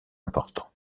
important